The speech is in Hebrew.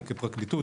מבחינתנו כפרקליטות,